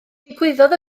digwyddodd